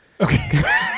okay